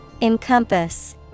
Encompass